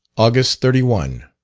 august thirty one.